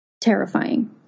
terrifying